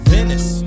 Venice